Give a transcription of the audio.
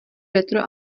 retro